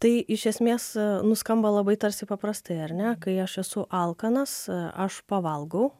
tai iš esmės nu skamba labai tarsi paprastai ar ne kai aš esu alkanas aš pavalgau